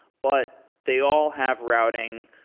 but they all have routing,